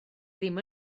ddim